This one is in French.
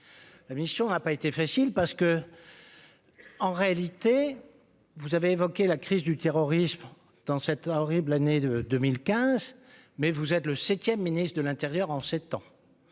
la mission n'a pas été facile parce que, en réalité, vous avez évoqué la crise du terrorisme dans cette horrible année de 2015 mais vous êtes le 7ème ministre de l'Intérieur en 7 ans,